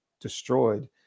destroyed